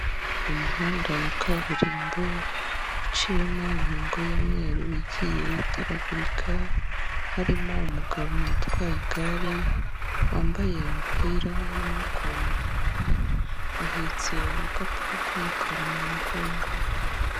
Umuhanda wa kaburimbo uciyemo imirongo y'umweru igiye itaragurika, harimo umugabo utwaye igare, wambaye umupira w'umaboko maremare ahetse agakapu k'umukara mu mugongo.